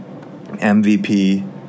MVP